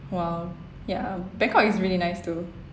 !wow! ya bangkok is really nice too